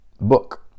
book